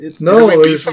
no